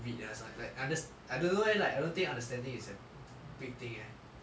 read ah that's why I unders~ I don't know eh like I don't think understanding is a big thing eh